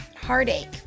heartache